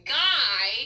guy